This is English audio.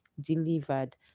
delivered